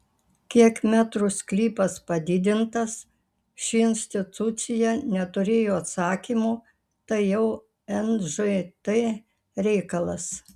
kiek metrų sklypas padidintas ši institucija neturėjo atsakymo tai jau nžt reikalas